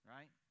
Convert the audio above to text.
Right